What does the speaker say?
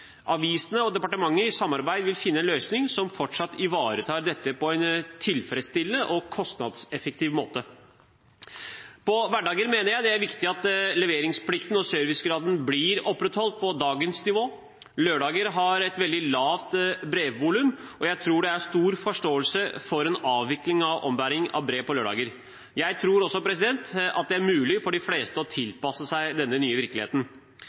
avisene og departementet i samarbeid vil finne en løsning som fortsatt ivaretar dette på en tilfredsstillende og kostnadseffektiv måte. På hverdager mener jeg det er viktig at leveringsplikten og servicegraden blir opprettholdt på dagens nivå. Lørdager har et veldig lavt brevvolum, og jeg tror det er stor forståelse for en avvikling av ombæring av brev på lørdager. Jeg tror også at det er mulig for de fleste å tilpasse seg denne nye virkeligheten.